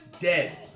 Dead